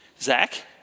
Zach